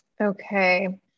okay